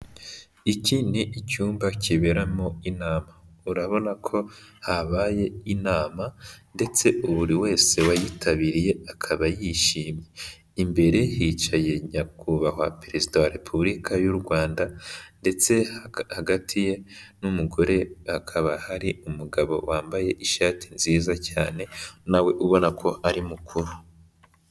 Iki ni icyumba kiberamo inama. Urabona ko habaye inama ndetse buri wese wayitabiriye akaba yishimye. Imbere hicaye Nyakubahwa Perezida wa Repubulika y'u Rwanda ndetse hagati ye n'umugore hakaba hari umugabo wambaye ishati nziza cyane, na we ubona ko ari mukuru.